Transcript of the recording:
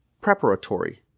preparatory